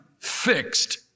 fixed